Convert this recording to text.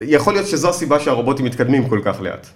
יכול להיות שזו הסיבה שהרובוטים מתקדמים כל כך לאט